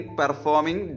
performing